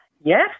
Yes